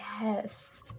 yes